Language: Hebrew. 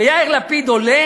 ויאיר לפיד עולה